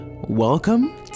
Welcome